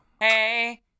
hey